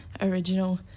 original